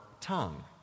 tongue